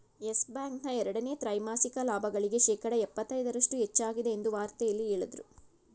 Yes Bank ನ ಎರಡನೇ ತ್ರೈಮಾಸಿಕ ಲಾಭಗಳಿಗೆ ಶೇಕಡ ಎಪ್ಪತೈದರಷ್ಟು ಹೆಚ್ಚಾಗಿದೆ ಎಂದು ವಾರ್ತೆಯಲ್ಲಿ ಹೇಳದ್ರು